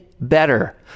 better